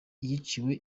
yiciwe